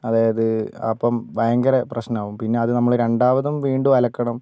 അതായത് അപ്പം ഭയങ്കര പ്രശ്നമാകും പിന്നെ അതു നമ്മൾ രണ്ടാമതും വീണ്ടും അലക്കണം